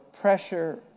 pressure